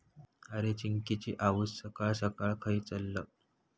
अरे, चिंकिची आऊस सकाळ सकाळ खंय चल्लं?